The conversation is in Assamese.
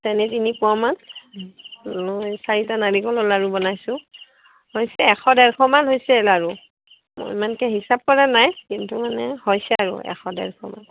চেনি তিনি পোৱামান লৈ চাৰিটা নাৰিকলৰ লাৰু বনাইছোঁ হৈছে এশ ডেৰশমান হৈছে লাৰু ইমানকে হিচাপ কৰা নাই কিন্তু মানে হৈছে আৰু এশ ডেৰশ মান